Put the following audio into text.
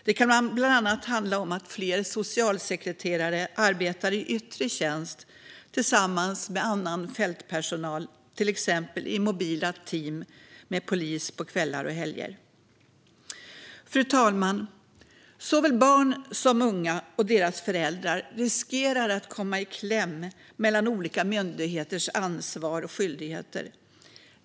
Det kan bland annat handla om att fler socialsekreterare arbetar i yttre tjänst tillsammans med annan fältpersonal, till exempel i mobila team med polis på kvällar och helger. Fru talman! Såväl barn och unga som deras föräldrar riskerar att komma i kläm mellan olika myndigheters ansvar och skyldigheter.